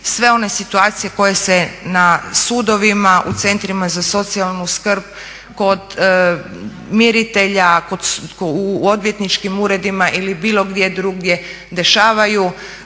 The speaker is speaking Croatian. sve one situacije koje se na sudovima, u centrima za socijalnu skrb, kod miritelja, u odvjetničkim uredima ili bilo gdje drugdje dešavaju.